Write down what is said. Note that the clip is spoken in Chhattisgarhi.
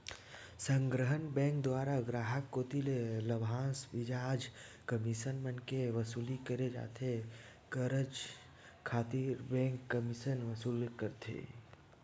संग्रहन बेंक दुवारा गराहक कोती ले लाभांस, बियाज, कमीसन मन के वसूली करे जाथे ये कारज खातिर बेंक कमीसन वसूल करथे